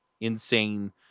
insane